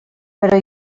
però